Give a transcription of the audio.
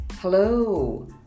Hello